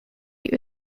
die